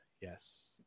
yes